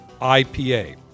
IPA